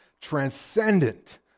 transcendent